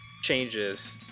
changes